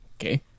Okay